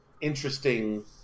interesting